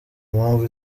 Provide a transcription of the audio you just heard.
mpamvu